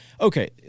Okay